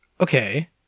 Okay